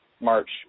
March